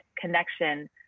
connection